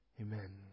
amen